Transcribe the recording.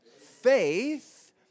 Faith